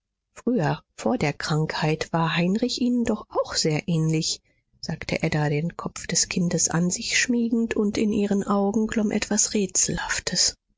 früher vor der krankheit war heinrich ihnen doch auch sehr ähnlich sagte ada den kopf des kindes an sich schmiegend und in ihren augen glomm etwas rätselhaftes